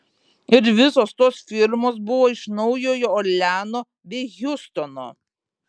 ir visos tos firmos buvo iš naujojo orleano bei hjustono